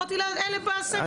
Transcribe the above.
אמרתי לה שראינו אותם.